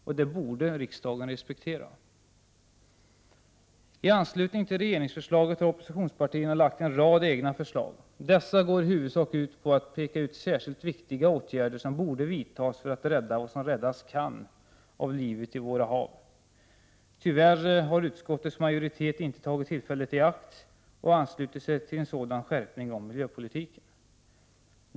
Och det borde riksdagen respektera. I anslutning till regeringsförslaget har oppositionspartierna lagt fram en rad egna förslag. Dessa går i huvudsak ut på att peka ut särskilt viktiga åtgärder som borde vidtas för att rädda vad som räddas kan av livet i våra hav. Tyvärr har utskottsmajoriteten inte tagit tillfället i akt och anslutit sig till en sådan skärpning av miljöpolitiken.